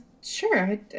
sure